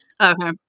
Okay